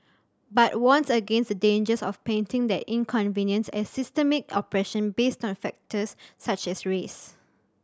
but warns against the dangers of painting that inconvenience as systemic oppression based on factors such as race